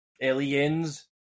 Aliens